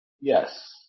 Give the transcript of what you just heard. Yes